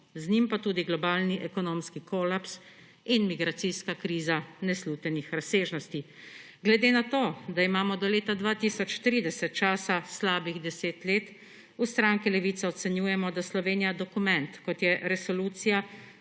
z njim pa tudi globalni ekonomski kolaps in migracijska kriza neslutenih razsežnosti. Ker imamo do leta 2030 časa slabih deset let, v stranki Levica ocenjujemo, da Slovenija dokument, kot je resolucija